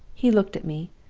he looked at me,